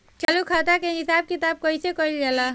चालू खाता के हिसाब किताब कइसे कइल जाला?